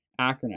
acronym